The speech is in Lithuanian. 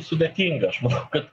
sudėtinga aš manau kad